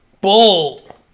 bull